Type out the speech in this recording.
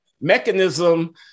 mechanism